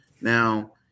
Now